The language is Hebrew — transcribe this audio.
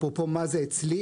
אפרופו מה זה אצלי?